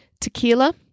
tequila